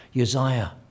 Uzziah